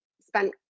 spent